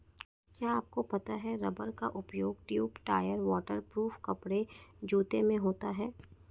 क्या आपको पता है रबर का उपयोग ट्यूब, टायर, वाटर प्रूफ कपड़े, जूते में होता है?